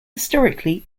historically